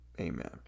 Amen